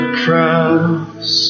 cross